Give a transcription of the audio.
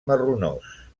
marronós